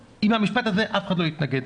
למשפט הזה אף אחד לא התנגד.